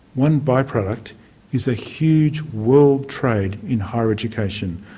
one by-product is a huge world trade in higher education,